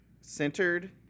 centered